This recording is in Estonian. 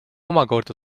omakorda